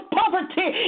poverty